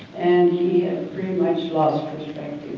and he had pretty much lost